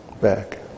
back